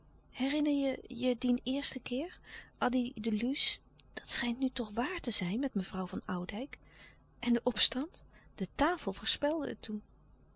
herinner je je dien eersten keer addy de luce dat schijnt nu toch waar te zijn met mevrouw van oudijck en de opstand de tafel voorspelde het toen